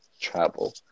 travel